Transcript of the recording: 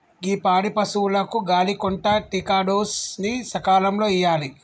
గీ పాడి పసువులకు గాలి కొంటా టికాడోస్ ని సకాలంలో ఇయ్యాలి